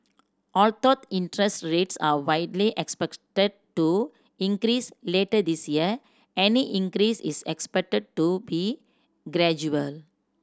although interest rates are widely expected to increase later this year any increase is expected to be gradual